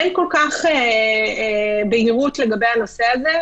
אין כל כך בהירות לגבי הנושא הזה,